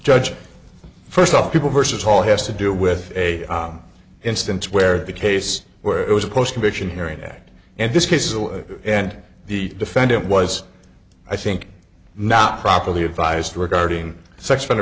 judge first of all people versus all has to do with a instance where the case where it was a close commission hearing back and this case is and the defendant was i think not properly advised regarding sex offender